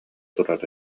турар